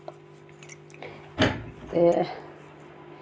ते